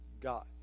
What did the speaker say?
God